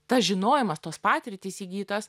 tas žinojimas tos patirtys įgytos